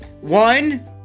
One